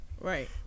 Right